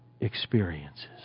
experiences